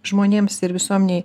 žmonėms ir visuomenei